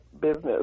business